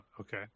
Okay